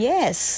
Yes